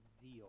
zeal